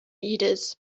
leaders